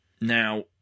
Now